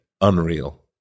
Unreal